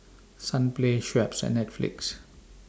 Sunplay Schweppes and Netflix